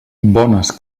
bones